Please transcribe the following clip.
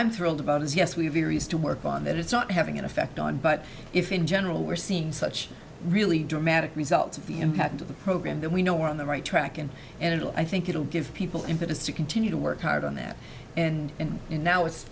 i'm thrilled about is yes we have areas to work on that it's not having an effect on but if in general we're seeing such really dramatic results of the impact of the program then we know we're on the right track and and it'll i think it'll give people impetus to continue to work hard on that and and and now it's